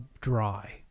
dry